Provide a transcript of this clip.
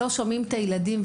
לא שומעים את הילדים,